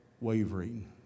wavering